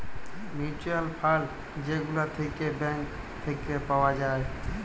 mutual fund যে গুলা থাক্যে ব্যাঙ্ক থাক্যে পাওয়া যায়